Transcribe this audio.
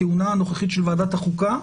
בכהונה הנוכחית של ועדת החוקה,